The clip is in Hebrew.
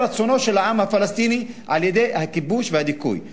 רצונו של העם הפלסטיני על-ידי הכיבוש והדיכוי.